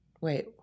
Wait